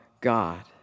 God